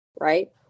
Right